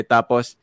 Tapos